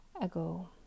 ago